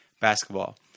basketball